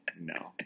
No